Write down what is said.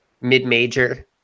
mid-major